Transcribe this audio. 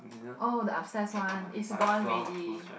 oh the upstairs one it's gone already